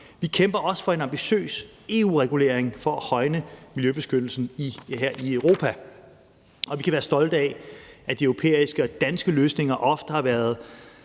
Vi kæmper også for en ambitiøs EU-regulering for at højne miljøbeskyttelsen her i Europa, og vi kan være stolte af, at de europæiske og danske løsninger ofte har været